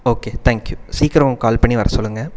okay thank you சீக்கிரம் call பண்ணி வர சொல்லுங்கள்